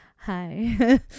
Hi